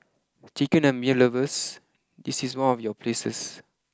chicken and beer lovers this is one of your places